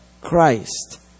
Christ